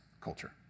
culture